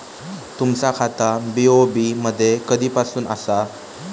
तुमचा खाता बी.ओ.बी मध्ये कधीपासून आसा?